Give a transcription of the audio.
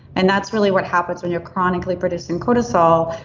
and that's really what happens when you're chronically producing cortisol.